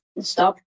stop